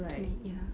right